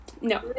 no